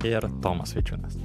ir tomas vaičiūnas